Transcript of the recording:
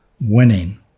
Winning